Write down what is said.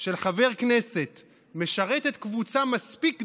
של חבר כנסת משרתת קבוצה מספיק גדולה,